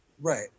Right